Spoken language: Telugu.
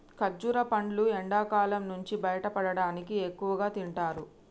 ఖర్జుర పండ్లును ఎండకాలం నుంచి బయటపడటానికి ఎక్కువగా తింటారు